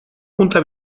punta